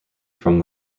from